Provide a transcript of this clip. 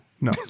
No